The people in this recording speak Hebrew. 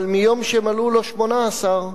אבל מיום שמלאו לו 18,